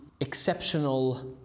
exceptional